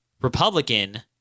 Republican